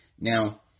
Now